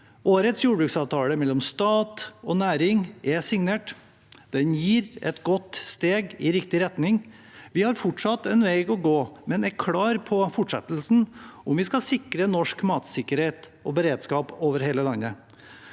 Årets jordbruksavtale mellom stat og næring er signert. Den er et godt steg i riktig retning. Vi har fortsatt en vei å gå, men er klar på fortsettelsen, om vi skal sikre norsk matsikkerhet og beredskap over hele landet.